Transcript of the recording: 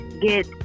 get